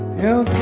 yeah